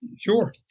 Sure